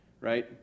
right